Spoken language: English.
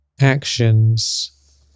actions